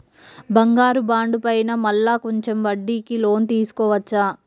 బంగారు బాండు పైన మళ్ళా కొంచెం వడ్డీకి లోన్ తీసుకోవచ్చా?